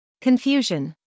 Confusion